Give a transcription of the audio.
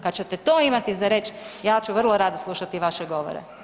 Kad ćete to imati za reć, ja ću vrlo rado slušati vaše govore.